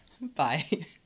Bye